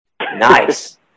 Nice